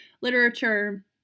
literature